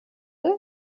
die